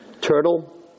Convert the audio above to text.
turtle